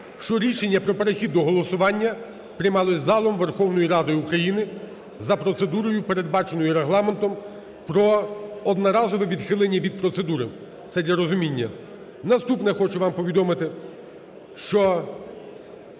що рішення про перехід до голосування приймалося залом Верховної Ради України за процедурою, передбаченою Регламентом про одноразове відхилення від процедури. Це для розуміння. Наступне хочу вам повідомити, що